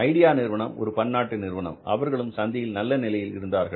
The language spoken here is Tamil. ஐடியா நிறுவனம் ஒரு பன்னாட்டு நிறுவனம் அவர்களும் சந்தையில் நல்ல நிலையில் இருந்தார்கள்